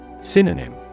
Synonym